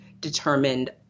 determined